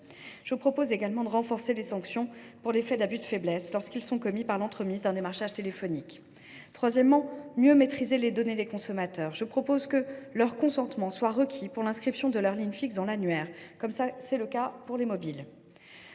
Je propose également de renforcer les sanctions pour les faits d’abus de faiblesse lorsqu’ils sont commis par l’entremise d’un démarchage téléphonique. Troisièmement, il convient de mieux maîtriser l’utilisation des données des consommateurs. Je propose que leur consentement soit requis pour l’inscription de leur ligne fixe dans l’annuaire, comme c’est le cas pour les mobiles.